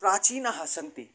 प्राचीनाः सन्ति